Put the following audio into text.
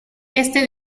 este